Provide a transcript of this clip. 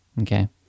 Okay